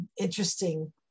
interesting